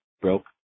broke